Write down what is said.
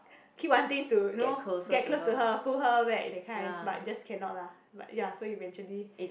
keep wanting to you know get close to her pull her back that kind but just cannot lah like ya so eventually